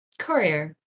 courier